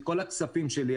את כל הכספים שלי,